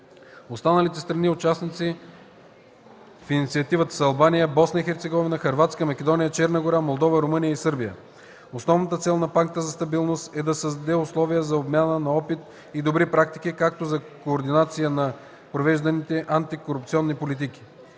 Останалите страни, участващи в Инициативата, са Албания, Босна и Херцеговина, Хърватска, Македония, Черна гора, Молдова, Румъния и Сърбия. Основната цел на Пакта за стабилност е да създаде условия за обмяна на опит и добри практики, както и за координация на провежданите антикорупционни политики.